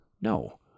No